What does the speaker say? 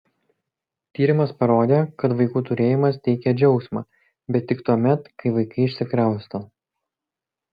tyrimas parodė kad vaikų turėjimas teikią džiaugsmą bet tik tuomet kai vaikai išsikrausto